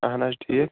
اہن حظ ٹھیٖک